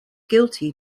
guilty